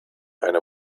eine